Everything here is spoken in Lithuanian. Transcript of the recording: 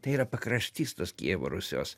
tai yra pakraštys tos kijevo rusios